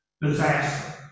Disaster